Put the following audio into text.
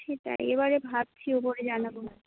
সেটাই এবারে ভাবছি উপরে জানাবো